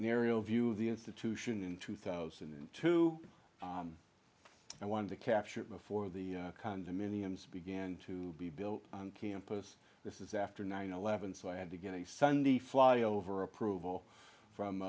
an aerial view of the institution in two thousand and two i wanted to capture it before the condominiums began to be built on campus this is after nine eleven so i had to get a sunday fly over approval